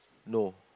no